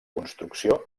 construcció